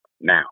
now